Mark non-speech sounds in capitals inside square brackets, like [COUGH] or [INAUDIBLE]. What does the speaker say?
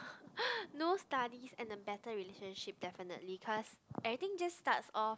[BREATH] no studies and a better relationship definitely cause everything just starts off